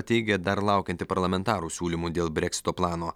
teigia dar laukianti parlamentarų siūlymų dėl breksito plano